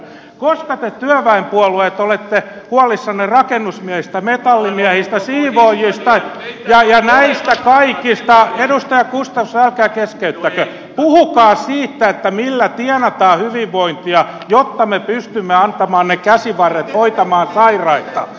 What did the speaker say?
koska te työväenpuolueet olette huolissanne rakennusmiehistä metallimiehistä siivoojista ja näistä kaikista edustaja gustafsson älkää keskeyttäkö puhukaa siitä millä tienataan hyvinvointia jotta me pystymme antamaan ne käsivarret hoitamaan sairaita